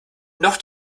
noch